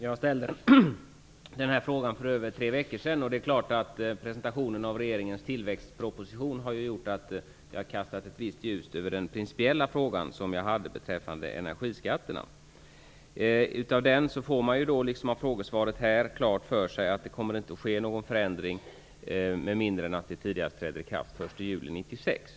Fru talman! Jag ställde frågan för över tre veckor sedan, och det är klart att presentationen av regeringens tillväxtproposition har kastat ett visst ljus över den principiella fråga jag hade beträffande energiskatterna. I propositionen, liksom i frågesvaret, får man klart för sig att någon förändring inte kommer att träda i kraft förrän tidigast den 1 juli 1996.